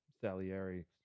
Salieri